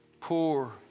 poor